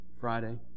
Friday